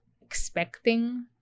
expecting